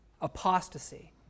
Apostasy